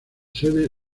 sede